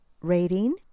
rating